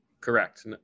correct